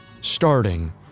starting